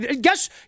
Guess